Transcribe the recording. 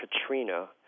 Katrina